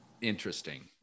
Interesting